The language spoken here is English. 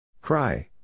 Cry